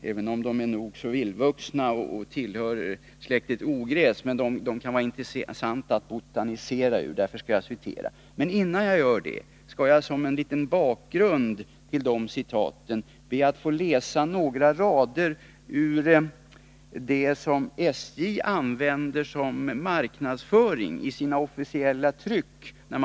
Även om de är nog så vildvuxna och tillhör släktet ogräs, kan de vara intressanta att botanisera i. Innan jag citerar ur brevet från SJ skall jag som en bakgrund till dessa citat be att få läsa några rader ur ett officiellt tryck som SJ använder i sin marknadsföring för årskortet.